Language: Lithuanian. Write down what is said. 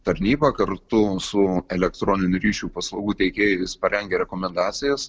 tarnyba kartu su elektroninių ryšių paslaugų teikėjais parengė rekomendacijas